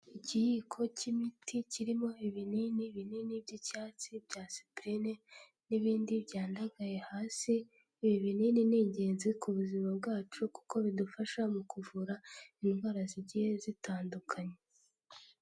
Ikiyiko k'imiti kirimo ibinini binini by'icyatsi bya sprine n'ibindi byandagaye hasi, ibi binini ni ingenzi ku buzima bwacu, kuko bidufasha mu kuvura indwara zigiye zitandukanye.